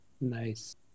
Nice